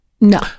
no